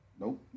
Nope